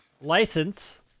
License